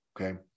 okay